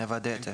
נוודא את זה.